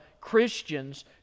Christians